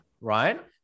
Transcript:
Right